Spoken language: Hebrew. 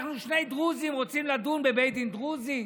אנחנו שני דרוזים רוצים לדון בבית דין דרוזי,